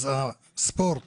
אז הספורט